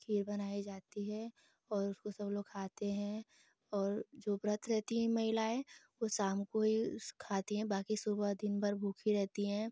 खीर बनाई जाती है और उसको सब लोग खाते हैं और जो व्रत रहती हैं महिलाएँ वह शाम को ही खाती हैं बाकी सुबह दिनभर भूखी रहती हैं